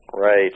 right